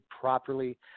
properly